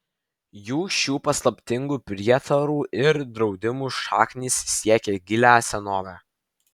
jų šių paslaptingų prietarų ir draudimų šaknys siekią gilią senovę